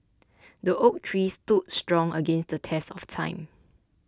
the oak tree stood strong against the test of time